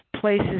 places